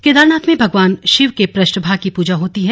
केदारनाथ में भगवान शिव के पृष्ठ भाग की पूजा होती है